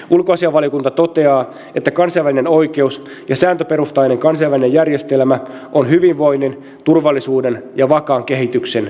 ulkoasiainvaliokunta toteaa että kansainvälinen oikeus ja sääntöperustainen kansainvälinen järjestelmä on hyvinvoinnin turvallisuuden ja vakaan kehityksen edellytys